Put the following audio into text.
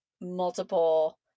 multiple